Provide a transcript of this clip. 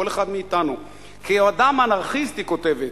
אל כל אחד מאתנו: "כאדם 'אנרכיסט'" היא כותבת,